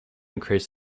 increase